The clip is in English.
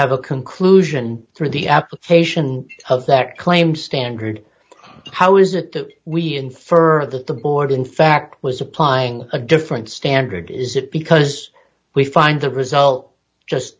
have a conclusion through the application of that claim standard how is it that we infer that the board in fact was applying a different standard is it because we find the result just